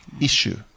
issue